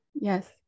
Yes